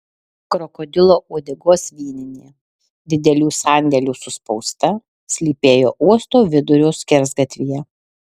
krokodilo uodegos vyninė didelių sandėlių suspausta slypėjo uosto vidurio skersgatvyje